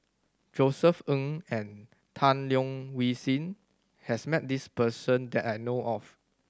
Josef Ng and Tan Leo Wee Hin has met this person that I know of